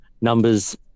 numbers